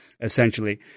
essentially